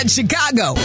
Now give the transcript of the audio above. Chicago